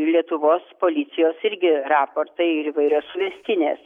lietuvos policijos irgi raportai ir įvairios suvestinės